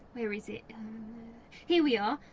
where is it here we are,